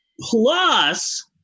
Plus